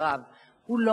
מדי.